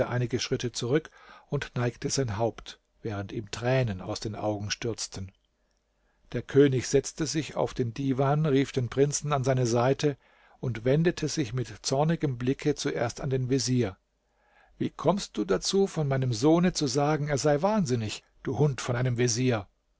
einige schritte zurück und neigte sein haupt während ihm tränen aus den augen stürzten der könig setzte sich auf den divan rief den prinzen an seine seite und wendete sich mit zornigem blicke zuerst an den vezier wie kommst du dazu von meinem sohne zu sagen er sei wahnsinnig du hund von einem vezier